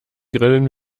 grillen